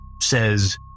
says